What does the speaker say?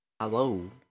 Hello